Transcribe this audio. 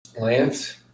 Lance